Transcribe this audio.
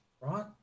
right